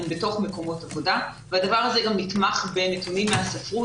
הן בתוך מקומות עבודה והדבר הזה גם נתמך בנתונים מהספרות